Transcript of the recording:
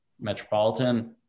Metropolitan